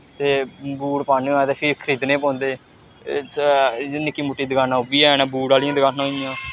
ते बूट पाने होन ते फ्ही खरीदने पौंदे निक्की मुट्टी दकानां ओह् बी हैन बूट आह्लियां दकानां होई गेइयां